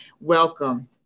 welcome